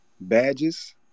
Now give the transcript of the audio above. badges